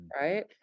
right